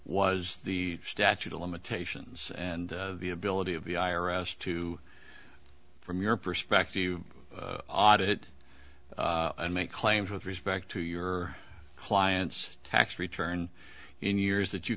was the statute of limitations and the ability of the i r s to from your perspective you audit and make claims with respect to your client's tax return in years that you